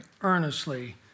earnestly